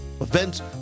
events